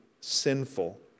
sinful